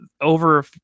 over